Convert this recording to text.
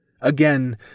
Again